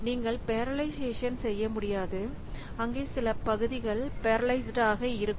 நீங்கள் பெரலைல்சேஷன் செய்ய முடியாது அங்கே சில பகுதிகள் பெரலைஸ்டாக இருக்கும்